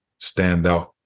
standout